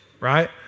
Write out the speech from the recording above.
right